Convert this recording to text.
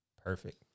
Perfect